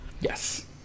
Yes